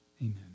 amen